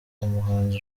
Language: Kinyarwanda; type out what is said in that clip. umuhanzi